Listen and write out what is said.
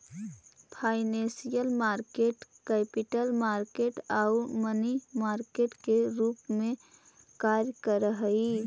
financial market capital market आउ money market के रूप में कार्य करऽ हइ